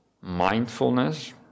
mindfulness